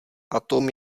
atom